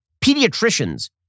pediatricians